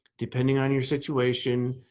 depending on your situation,